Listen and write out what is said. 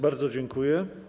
Bardzo dziękuję.